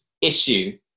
issue